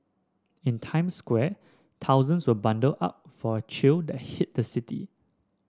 in Times Square thousands were bundled up for a chill that hit the city